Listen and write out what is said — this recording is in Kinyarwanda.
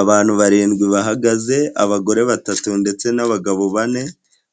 Abantu barindwi bahagaze, abagore batatu ndetse n'abagabo bane,